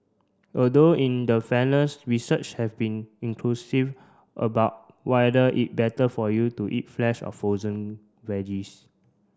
although in the fairness research have been inclusive about whether it better for you to eat fresh or frozen veggies